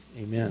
amen